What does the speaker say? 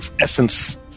essence